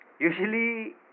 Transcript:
Usually